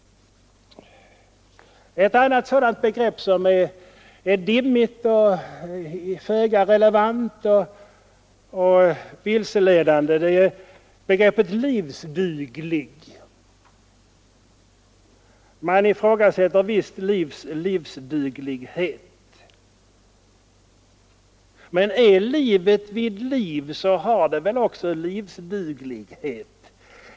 Ett annat sådant dimmigt, föga relevant och vilseledande begrepp är ordet ”livsduglig”. Man ifrågasätter visst livs livsduglighet. Men är livet vid liv har det väl också livsduglighet.